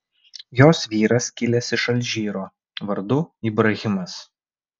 jos vyras kilęs iš alžyro vardu ibrahimas